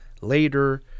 later